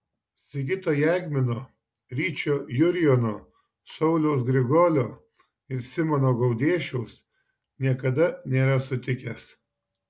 sigito jagmino ryčio jurjono sauliaus grigolio ir simono gaudėšiaus niekada nėra sutikęs